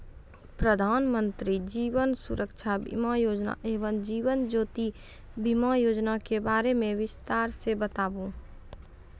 प्रधान मंत्री जीवन सुरक्षा बीमा योजना एवं जीवन ज्योति बीमा योजना के बारे मे बिसतार से बताबू?